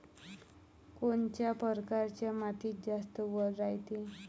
कोनच्या परकारच्या मातीत जास्त वल रायते?